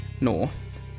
north